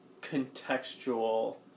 contextual